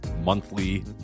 monthly